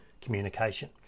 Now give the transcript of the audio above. communication